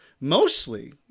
mostly